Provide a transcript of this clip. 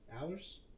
Hours